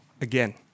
again